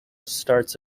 starts